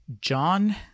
John